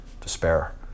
despair